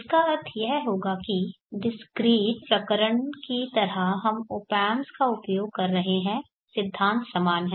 इसका अर्थ यह होगा कि डिस्क्रीट प्रकरण की तरह हम ऑप एम्प्स का उपयोग कर रहे हैं सिद्धांत समान है